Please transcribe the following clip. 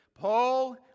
Paul